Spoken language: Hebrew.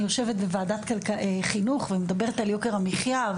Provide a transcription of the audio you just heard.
אני יושבת בוועדת החינוך ומדברת על יוקר המחיה,